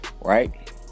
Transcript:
right